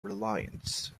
reliance